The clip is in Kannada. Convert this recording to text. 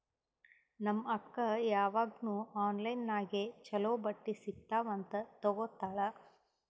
ನಮ್ ಅಕ್ಕಾ ಯಾವಾಗ್ನೂ ಆನ್ಲೈನ್ ನಾಗೆ ಛಲೋ ಬಟ್ಟಿ ಸಿಗ್ತಾವ್ ಅಂತ್ ತಗೋತ್ತಾಳ್